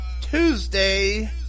Tuesday